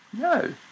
no